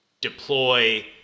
deploy